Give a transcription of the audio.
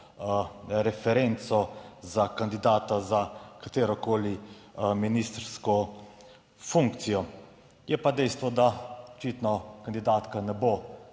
referenco za kandidata za katerokoli ministrsko funkcijo. Je pa dejstvo, da očitno kandidatka ne bo